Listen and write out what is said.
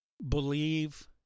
Believe